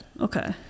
Okay